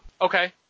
okay